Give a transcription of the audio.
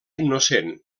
innocent